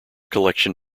collection